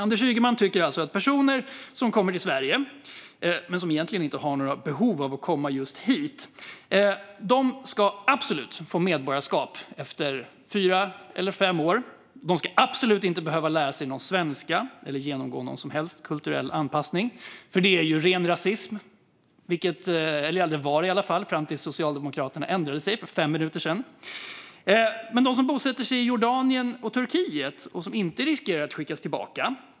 Anders Ygeman tycker alltså att personer som kommer till Sverige, men som egentligen inte har några behov av att komma just hit, ska absolut få medborgarskap efter fyra eller fem år. De ska absolut inte behöva lära sig någon svenska eller genomgå någon som helst kulturell anpassning, för det är ju ren rasism. Det var det i varje fall till att Socialdemokraterna ändrade sig för fem minuter sedan. Men sedan gäller det dem som bosätter sig i Jordanien eller Turkiet, och som inte riskerar att skickas tillbaka.